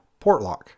Portlock